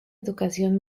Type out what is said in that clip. educación